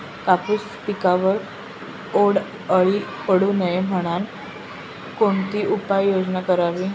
कापूस पिकावर बोंडअळी पडू नये म्हणून कोणती उपाययोजना करावी?